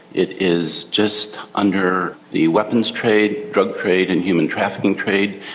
it is just under the weapons trade, drug trade and human trafficking trade.